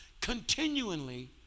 continually